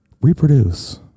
reproduce